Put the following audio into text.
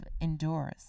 endures